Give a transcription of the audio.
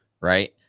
right